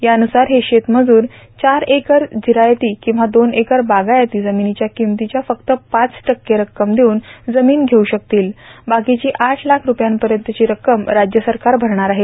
यावुसार हे शेतमजुर चार एकर जिरायती किंवा दोन एकर बागायती जमिनीच्या किमतीच्या फक्त पाच टक्के रक्कम देऊन जमीन धेऊ शकतील बाकीची आठ लाख रूपयांपर्यंतची रक्कम राज्य सरकार भरणार आहे